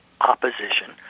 opposition